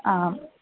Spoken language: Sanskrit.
आम्